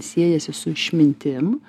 siejasi su išmintim